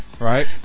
Right